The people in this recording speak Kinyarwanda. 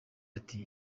ati